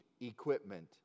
equipment